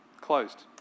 closed